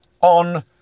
on